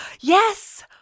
Yes